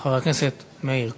חבר הכנסת מאיר כהן.